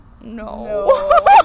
No